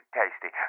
tasty